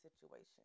situation